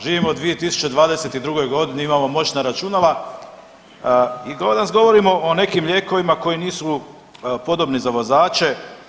Živimo u 2022. godini, imamo moćna računala i danas govorimo o nekim lijekovima koji nisu podobni za vozače.